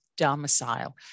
Domicile